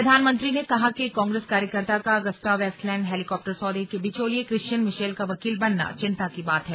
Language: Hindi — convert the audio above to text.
प्रधानमंत्री ने कहा कि एक कांग्रेस कार्यकर्ता का अगुस्ता वेस्ट लैंड हेलिकाप्टर सौदे के बिचौलिए क्रिश्चियन मिशेल का वकील बनना चिंता की बात है